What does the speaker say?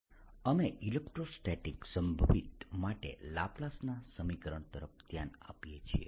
કેટલીક અન્ય ભૌતિક ઘટનામાં લાપ્લાસનું સમીકરણ અમે ઇલેક્ટ્રોસ્ટેટિક સંભવિત માટે લાપ્લાસ ના સમીકરણ તરફ ધ્યાન આપીએ છીએ